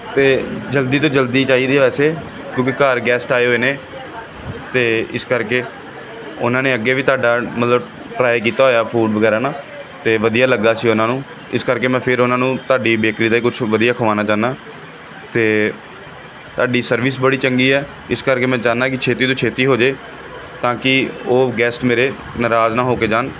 ਅਤੇ ਜਲਦੀ ਤੋਂ ਜਲਦੀ ਚਾਹੀਦੀ ਹੈ ਵੈਸੇ ਕਿਉਂਕਿ ਘਰ ਗੈਸਟ ਆਏ ਹੋਏ ਨੇ ਅਤੇ ਇਸ ਕਰਕੇ ਉਹਨਾਂ ਨੇ ਅੱਗੇ ਵੀ ਤੁਹਾਡਾ ਮਤਲਬ ਟਰਾਈ ਕੀਤਾ ਹੋਇਆ ਫੂਡ ਵਗੈਰਾ ਨਾ ਤਾਂ ਵਧੀਆ ਲੱਗਿਆ ਸੀ ਉਹਨਾਂ ਨੂੰ ਇਸ ਕਰਕੇ ਮੈਂ ਫਿਰ ਉਹਨਾਂ ਨੂੰ ਤੁਹਾਡੀ ਬੇਕਰੀ ਦਾ ਹੀ ਕੁਛ ਵਧੀਆ ਖਵਾਉਣਾ ਚਾਹੁੰਦਾ ਅਤੇ ਤੁਹਾਡੀ ਸਰਵਿਸ ਬੜੀ ਚੰਗੀ ਹੈ ਇਸ ਕਰਕੇ ਮੈਂ ਚਾਹੁੰਦਾ ਕਿ ਛੇਤੀ ਤੋਂ ਛੇਤੀ ਹੋ ਜਾਵੇ ਤਾਂ ਕਿ ਉਹ ਗੈਸਟ ਮੇਰੇ ਨਾਰਾਜ਼ ਨਾ ਹੋ ਕੇ ਜਾਣ